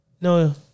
No